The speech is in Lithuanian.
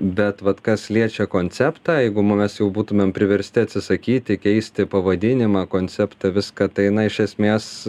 bet vat kas liečia konceptą jeigu mes jau būtumėm priversti atsisakyti keisti pavadinimą konceptą viską tai na iš esmės